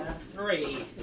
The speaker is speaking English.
Three